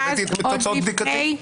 הבאתי את תוצאות בדיקתי.